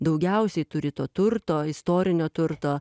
daugiausiai turi to turto istorinio turto